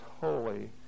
holy